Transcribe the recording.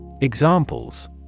Examples